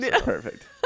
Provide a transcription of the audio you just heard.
Perfect